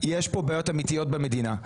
יש כאן בעיות אמיתיות במדינה,